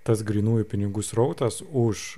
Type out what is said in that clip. tas grynųjų pinigų srautas už